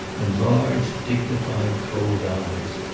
and large, dignified, cold eyes.